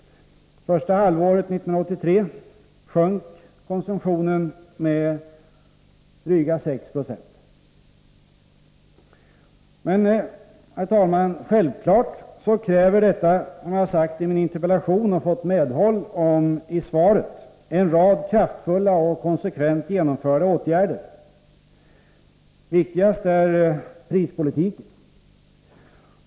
Första halvåret 1983 sjönk konsumtionen med drygt 6 96. Men, herr talman, självfallet kräver detta, som jag har sagt i min interpellation och fått medhåll om i svaret, en rad kraftfulla och konsekvent genomförda åtgärder. Viktigast är prispolitiken.